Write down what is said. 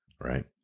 Right